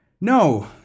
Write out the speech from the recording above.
No